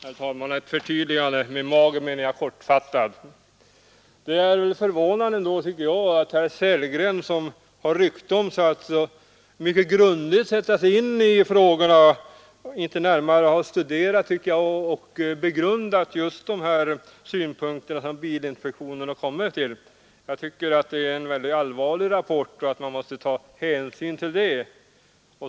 Herr talman! Ett förtydligande: med ordet ”mager” menade jag ”kortfattad”. Jag tycker att det är förvånande att herr Sellgren, som har rykte om sig att mycket grundligt sätta sig in i frågorna, inte närmare har studerat och begrundat de synpunkter som bilinspektionen har kommit fram till. Jag tycker att dess rapport är mycket allvarlig och att man måste ta hänsyn till den.